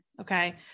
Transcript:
okay